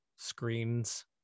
screens